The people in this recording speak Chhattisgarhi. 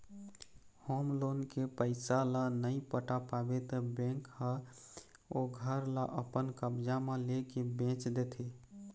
होम लोन के पइसा ल नइ पटा पाबे त बेंक ह ओ घर ल अपन कब्जा म लेके बेंच देथे